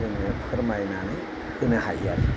जोङो फोरमायनानै होनो हायो आरो